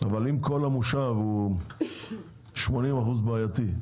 אבל אם כל המושב הוא 80% בעייתי,